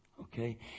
Okay